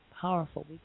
powerful